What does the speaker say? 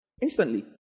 Instantly